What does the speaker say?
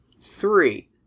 Three